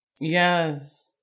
Yes